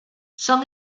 son